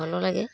ଭଲ ଲାଗେ